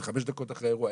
זה חמש דקות אחרי האירוע,